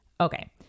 okay